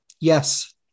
Yes